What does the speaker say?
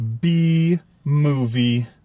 B-movie